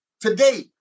today